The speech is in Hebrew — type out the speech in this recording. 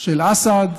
של אסד,